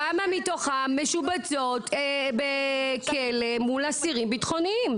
כמה מתוכן משובצות בכלא מול אסירים ביטחוניים?